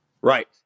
Right